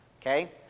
okay